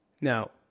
Now